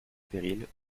périls